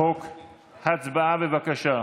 הצבעה, בבקשה.